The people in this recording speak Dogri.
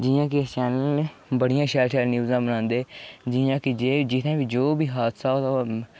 जि'यां कि शैल न बड़ियां शैल शैल न्यूजां बनांदे जि'यां कि जे बी जित्थै बी जो बी हादसा होए दा होऐ